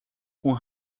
com